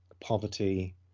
poverty